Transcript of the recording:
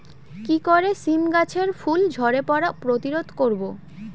কি করে সীম গাছের ফুল ঝরে পড়া প্রতিরোধ করব?